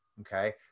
Okay